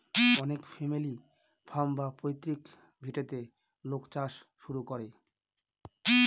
অনেক family farm বা পৈতৃক ভিটেতে লোক চাষ শুরু করে